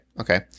okay